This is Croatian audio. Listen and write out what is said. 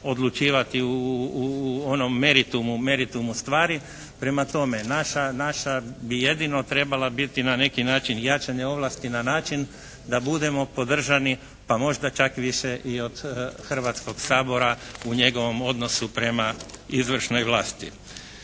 odlučivati u onom meritumu stvari. Prema tome naša bi jedino trebala biti na neki način jačanje ovlasti na način da budemo podržani pa možda čak više i od Hrvatskog sabora u njegovom odnosu prema izvršnoj vlasti.